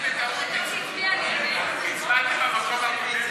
אני בטעות הצבעתי במקום,